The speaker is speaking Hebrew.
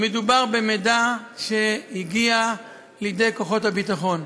מדובר במידע שהגיע לידי כוחות הביטחון.